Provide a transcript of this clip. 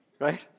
right